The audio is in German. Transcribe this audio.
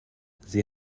sie